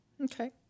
okay